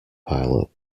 pilot